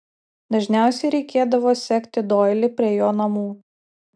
dažniausiai reikėdavo sekti doilį prie jo namų